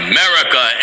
America